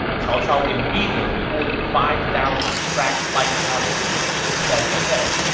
cao cao immediately ordered five thousand crack light cavalry to press ahead,